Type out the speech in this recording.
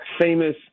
Famous